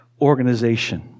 organization